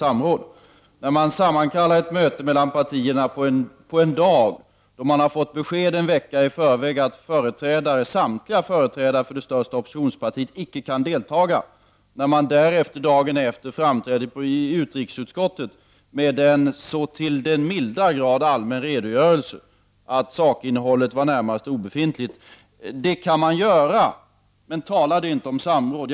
Partierna sammankallas till ett möte på en dag, sedan man en vecka i förväg fått beskedet att ingen företrädare för det största oppositionspartiet kan delta den dagen. Dagen därefter framträder utrikesministern i utrikesutskottet med en så till den milda grad allmän redogörelse att sakinnehållet är närmast obefintligt. Så kan man göra, men tala då inte om samråd.